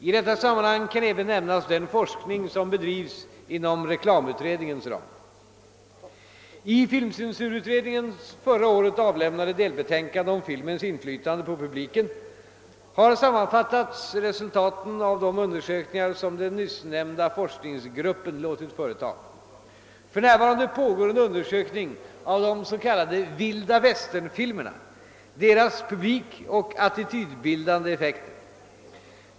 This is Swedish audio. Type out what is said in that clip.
I detta sammanhang kan även nämnas den forskning som bedrivs inom reklamutredningens ram. I filmcensurutredningens förra året avlämnade delbetänkande om filmens inflytande på publiken har sammanfattats resultaten av de undersökningar som den nyssnämnda forskningsgruppen låtit företa. För närvarande pågår en undersökning av de s.k. vildavästernfilmerna, deras publik och attitydbildande effekter.